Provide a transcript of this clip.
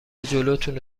جلوتونو